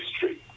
history